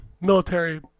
Military